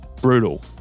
Brutal